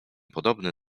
podobny